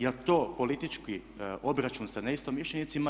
Jel to politički obračun sa neistomišljenicima?